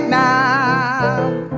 now